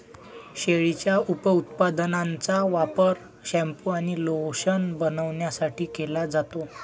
शेळीच्या उपउत्पादनांचा वापर शॅम्पू आणि लोशन बनवण्यासाठी केला जातो